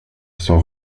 son